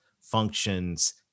functions